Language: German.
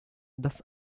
das